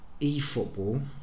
eFootball